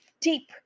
deep